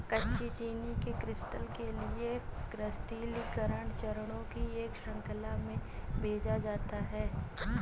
कच्ची चीनी के क्रिस्टल के लिए क्रिस्टलीकरण चरणों की एक श्रृंखला में भेजा जाता है